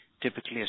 typically